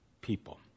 people